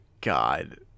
God